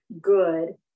good